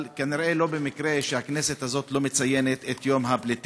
אבל כנראה לא במקרה הכנסת הזאת לא מציינת את יום הפליטים.